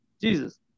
Jesus